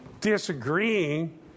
disagreeing